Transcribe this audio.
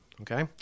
okay